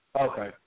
okay